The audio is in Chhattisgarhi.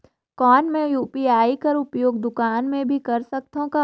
कौन मै यू.पी.आई कर उपयोग दुकान मे भी कर सकथव का?